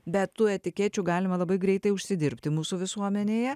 be tų etikečių galima labai greitai užsidirbti mūsų visuomenėje